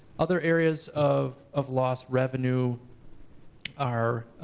other areas of of lost revenue are